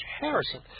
Harrison